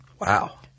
Wow